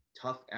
tough